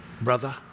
Brother